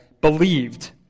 believed